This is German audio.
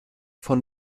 von